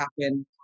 happen